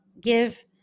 give